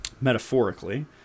metaphorically